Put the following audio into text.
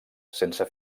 sense